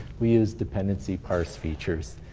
we use dependency parse features.